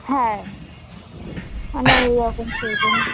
হ্যাঁ মানে এই রকম সেই জন্য